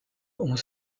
ont